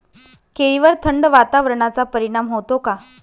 केळीवर थंड वातावरणाचा परिणाम होतो का?